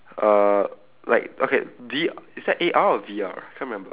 uh like okay V is that A_R or V_R can't remember